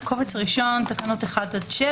בקובץ הראשון מופיעות תקנון 1-7,